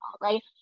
right